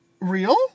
Real